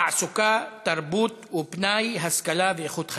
תעסוקה, תרבות ופנאי, השכלה ואיכות חיים.